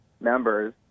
members